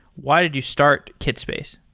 why did you start kitspace?